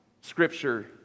Scripture